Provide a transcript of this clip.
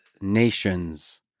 nations